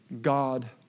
God